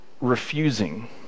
refusing